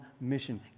mission